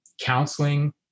counseling